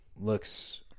looks